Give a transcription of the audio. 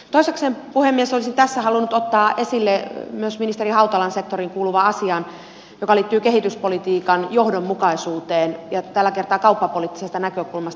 toisekseen puhemies olisin tässä halunnut ottaa esille myös ministeri hautalan sektoriin kuuluvan asian joka liittyy kehityspolitiikan johdonmukaisuuteen ja tällä kertaa kauppapoliittisesta näkökulmasta